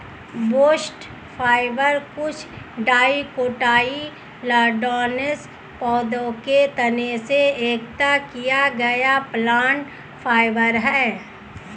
bast fibre कुछ dicotyledonous पौधों के तने से एकत्र किया गया प्लांट फाइबर है